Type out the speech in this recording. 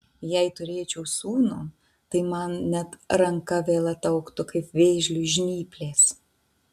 jei turėčiau sūnų tai man net ranka vėl ataugtų kaip vėžliui žnyplės